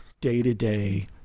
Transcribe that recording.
day-to-day